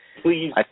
please